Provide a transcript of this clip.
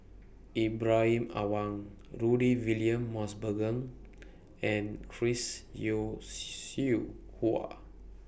Ibrahim Awang Rudy William Mosbergen and Chris Yeo Siew Hua